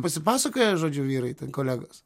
pasipasakoja žodžiu vyrai ten kolegos